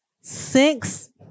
six